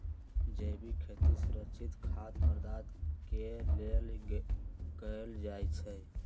जैविक खेती सुरक्षित खाद्य पदार्थ के लेल कएल जाई छई